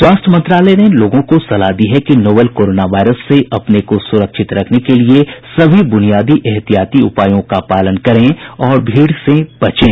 स्वास्थ्य मंत्रालय ने लोगों को सलाह दी है कि नोवल कोरोना वायरस से अपने को सुरक्षित रखने के लिए सभी बुनियादी एहतियाती उपायों का पालन करें और भीड़ से बचें